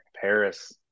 Paris